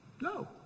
no